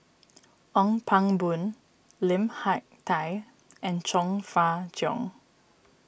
Ong Pang Boon Lim Hak Tai and Chong Fah Cheong